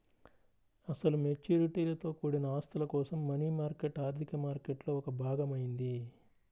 అసలు మెచ్యూరిటీలతో కూడిన ఆస్తుల కోసం మనీ మార్కెట్ ఆర్థిక మార్కెట్లో ఒక భాగం అయింది